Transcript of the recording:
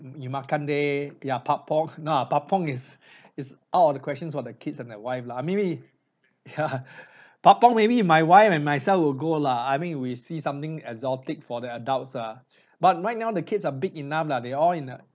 we makan there yup patpong no ah patpong is is out of the question for the kids and the wife lah maybe ya patpong maybe my wife and myself will go lah I mean we see something exotic for the adults ah but right now the kids are big enough lah they all in a